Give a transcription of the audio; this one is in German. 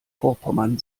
vorpommern